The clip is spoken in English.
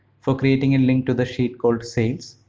for creating a link to the sheet called sales,